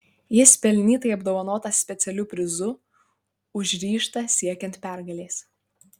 jis pelnytai apdovanotas specialiu prizu už ryžtą siekiant pergalės